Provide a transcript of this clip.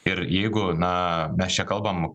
ir jeigu na mes čia kalbam